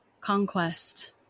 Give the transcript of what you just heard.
conquest